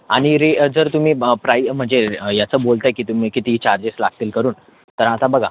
आणि रे जर तुम्ही प्राई म्हणजे याचं बोलत आहे की तुम्ही किती तुम्ही लागतील करून तर आता बघा